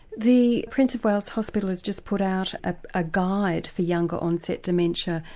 the prince of wales hospital has just put out a ah guide for younger onset dementia,